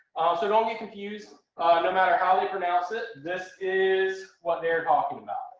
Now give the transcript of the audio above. so don't be confused, ah no matter how they pronounce it, this is what they're talking about,